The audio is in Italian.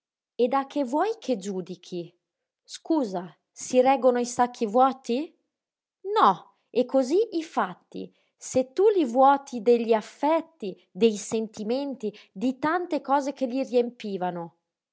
fatti e da che vuoi che giudichi scusa si reggono i sacchi vuoti no e cosí i fatti se tu li vuoti degli affetti dei sentimenti di tante cose che li riempivano